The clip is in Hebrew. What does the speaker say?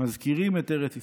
מזכירים את ארץ ישראל.